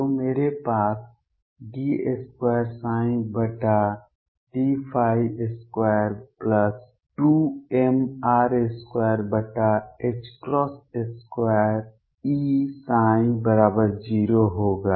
तो मेरे पास 222mR22 Eψ0 होगा